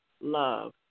love